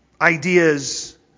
ideas